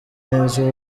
neza